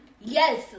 Yes